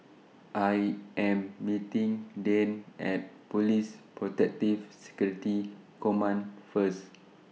I Am meeting Dayne At Police Protective Security Command First